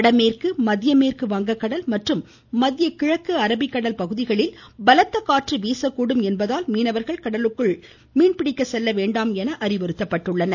வடமேற்கு மத்திய மேற்கு வங்க கடல் மற்றும் மத்திய கிழக்கு அரபிக்கடல் பகுதியில் பலத்த காற்று வீசக்கூடும் என்பதால் மீனவர்கள் கடலுக்குள் செல்ல வேண்டாம் என அறிவுறுத்தப்பட்டுள்ளனர்